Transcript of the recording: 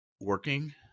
Working